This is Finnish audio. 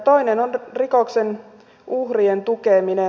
toinen on rikoksen uhrien tukeminen